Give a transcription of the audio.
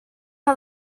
how